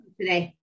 today